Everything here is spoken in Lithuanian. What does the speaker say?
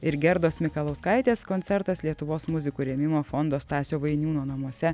ir gerdos mikalauskaitės koncertas lietuvos muzikų rėmimo fondo stasio vainiūno namuose